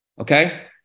okay